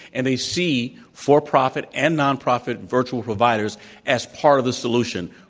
and they see for-profit and non-profit virtual providers as part of the solution.